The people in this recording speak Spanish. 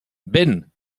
ven